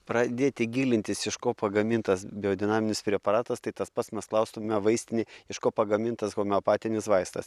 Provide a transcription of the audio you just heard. pradėti gilintis iš ko pagamintas biodinaminis preparatas tai tas pats mes klaustume vaistinėj iš ko pagamintas homeopatinis vaistas